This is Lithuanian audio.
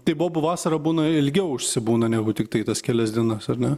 tai bobų vasara būna ilgiau užsibūna ne tiktai tas kelias dienas ar ne